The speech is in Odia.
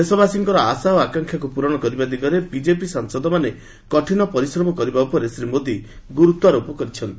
ଦେଶବାସୀଙ୍କର ଆଶା ଓ ଆକାଂକ୍ଷାକ୍ ପ୍ରରଣ କରିବା ଦିଗରେ ବିଜେପି ସାଂସଦମାନେ କଠିନ ପରିଶ୍ରମ କରିବା ଉପରେ ଶ୍ରୀ ମୋଦି ଗୁରୁତ୍ୱାରୋପ କରିଛନ୍ତି